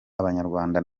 abanyarwanda